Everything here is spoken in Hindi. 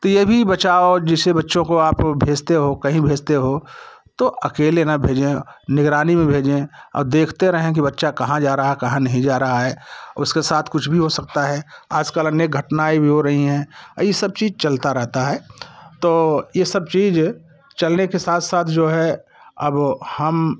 तो ये भी बचाव जिसे बच्चो को आप भेजते हो कहीं भेजते हो तो अकेले न भेजें निगरानी में भेजें और देखते रहें कि बच्चा कहाँ जा रहा कहाँ नहीं जा रहा है उसके साथ कुछ भी हो सकता है आजकल अन्य घटनाएँ भी हो रही हैं और ये सब चीज चलता रहता है तो ये सब चीज चलने के साथ साथ जो है अब हम